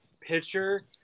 pitcher